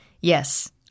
Yes